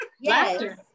Yes